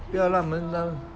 不要让他们